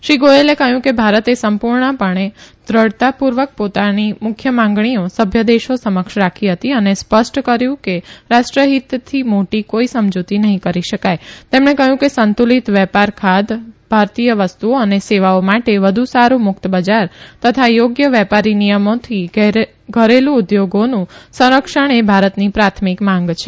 શ્રી ગોથલે કહ્યું કે ભારતે સંપુર્ણપણે દૃઢતાપુર્વક પોતાની મુખ્ય માંગણીઓ સભ્ય દેશો સમક્ષ રાખી હતી અને સ્પષ્ટ કર્યુ કે રાષ્ટ્રહિતથી મોટી કોઇ સમજુતી નહી કરી શકાય તેમણે કહ્યું કે સંતુલિત વ્યાપાર ખાધ્ય ભારતીય વસ્તુઓ અને સેવાઓ માટે વધુ સારૂ મુકત બજાર તથા યોગ્ય વ્યાપારી નિયમોથી ઘરેલ્ ઉદ્યોગોનું સંરક્ષણ એ ભારતની પ્રાથમિક માંગ છે